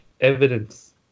evidence